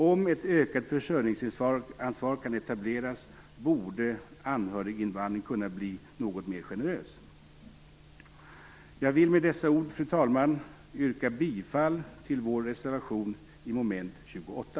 Om ett ökat försörjningsansvar kan etableras borde anhöriginvandringen kunna bli något mer generös. Jag vill med dessa ord, fru talman, yrka bifall till vår reservation i mom. 28.